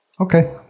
Okay